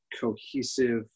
cohesive